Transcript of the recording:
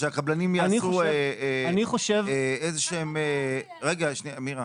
שהקבלנים יעשו איזה שהם, רגע, שנייה, מירה.